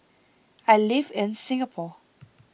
I live in Singapore